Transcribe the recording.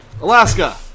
Alaska